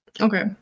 Okay